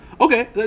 Okay